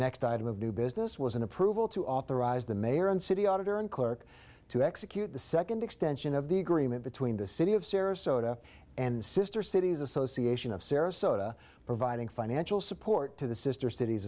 next item of new business was an approval to authorize the mayor and city auditor and clerk to execute the second extension of the agreement between the city of sarasota and sister cities association of sarasota providing financial support to the sister cities